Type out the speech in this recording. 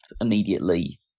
immediately